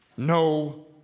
No